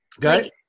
Good